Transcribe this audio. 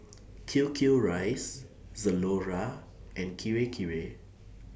Q Q Rice Zalora and Kirei Kirei